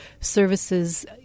services